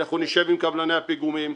אנחנו נשב עם קבלני הפיגומים,